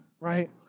right